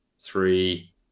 three